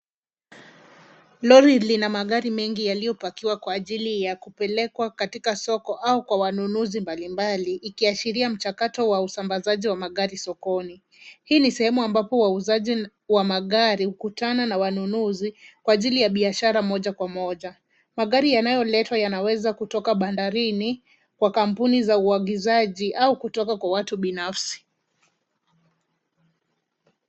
Lori lina magari mengi yaliyopakiwa kwa ajili ya kupelekwa katika soko au kwa wanunuzi mbalimbali, ikiashiria mchakato wa usambazi wa magari sokoni. Hii ni sehemu ambapo wauzaji wa magari hukutana na wanunuzi kwa ajili ya biashara moja kwa moja. Magari yanayoletwa yanaweza kutoka bandarini kwa kampuni za uagizaji au kutoka kwa watu binafsi.